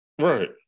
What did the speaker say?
Right